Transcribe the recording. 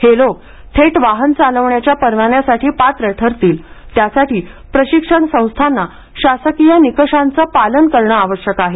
हे लोक थेट वाहन चालवण्याच्या परवान्यासाठी पात्र ठरतील त्यासाठी प्रशिक्षण संस्थांनी शासकीय निकषांचे पालन करणे आवश्यक आहे